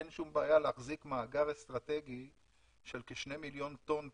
אין שום בעיה להחזיק מאגר אסטרטגי של כשני מיליון טון פחם,